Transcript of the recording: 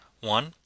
One